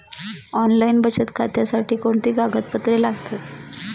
Online बचत खात्यासाठी कोणती कागदपत्रे लागतात?